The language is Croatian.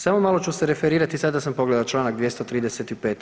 Samo malo ću se referirati, sada sam pogledao članak 235.